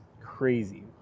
crazy